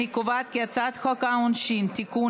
אני קובעת כי הצעת חוק העונשין (תיקון,